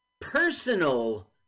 personal